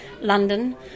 London